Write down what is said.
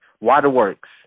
waterworks